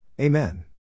Amen